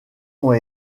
ont